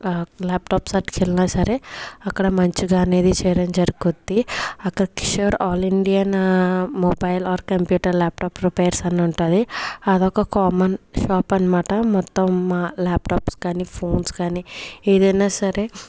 laptops పట్టుకెళ్లినా సరే అక్కడ మంచిగా అనేది చేయడం జరుగుతుంది అక్కడ sure all Indian mobile or computer laptop repairs అని ఉంటుంది అదొక్క కామన్ షాప్ అనమాట మొత్తం మా ల్యాప్టాప్స్ కాని ఫోన్స్ కాని ఏదైనా సరే